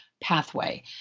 pathway